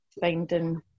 finding